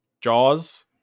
Jaws